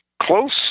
Close